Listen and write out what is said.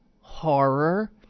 horror